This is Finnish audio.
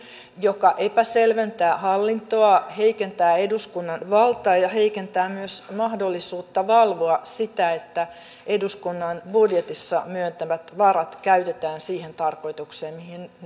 joka epäselventää hallintoa heikentää eduskunnan valtaa ja heikentää myös mahdollisuutta valvoa sitä että eduskunnan budjetissa myöntämät varat käytetään siihen tarkoitukseen